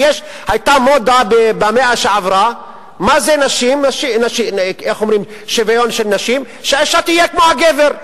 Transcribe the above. כי היתה מודה במאה שעברה מה זה שוויון נשים: שהאשה תהיה כמו הגבר,